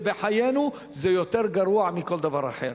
זה בחיינו, זה יותר גרוע מכל דבר אחר.